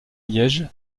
liège